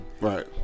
Right